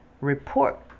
report